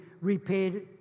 repaid